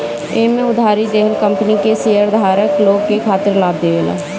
एमे उधारी देहल कंपनी के शेयरधारक लोग के खातिर लाभ देवेला